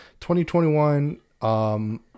2021